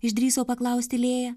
išdrįso paklausti lėja